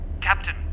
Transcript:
Captain